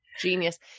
genius